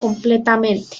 completamente